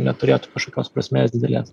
neturėtų kažkokios prasmės didelės